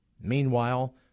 Meanwhile